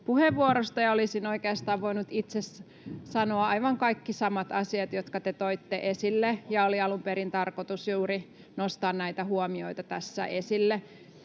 puheenvuorosta. Olisin oikeastaan voinut itse sanoa aivan kaikki samat asiat, jotka te toitte esille, ja oli alun perin tarkoitus nostaa juuri näitä huomioita tässä esille.